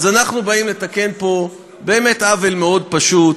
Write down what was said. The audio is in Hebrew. אז אנחנו באים לתקן פה באמת עוול מאוד פשוט,